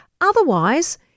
Otherwise